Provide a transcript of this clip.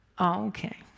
okay